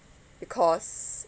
because